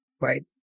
right